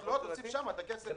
לא, תוסיף שם את הכסף.